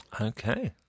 Okay